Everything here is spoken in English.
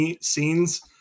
scenes